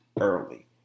early